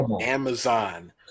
Amazon